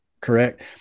Correct